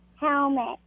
helmet